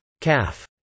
calf